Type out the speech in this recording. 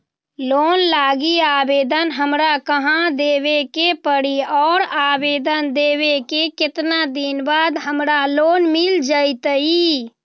Loan लागी आवेदन हमरा कहां देवे के पड़ी और आवेदन देवे के केतना दिन बाद हमरा लोन मिल जतई?